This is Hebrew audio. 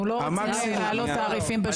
אנחנו לא רוצים לעלות תעריפים בשוק.